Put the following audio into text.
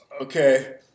Okay